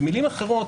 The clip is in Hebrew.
במילים אחרות,